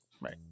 right